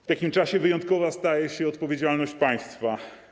W takim czasie wyjątkowa staje się odpowiedzialność państwa.